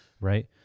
right